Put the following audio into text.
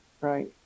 right